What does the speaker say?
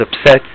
upset